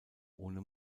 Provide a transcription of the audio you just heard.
ohne